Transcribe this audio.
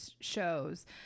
shows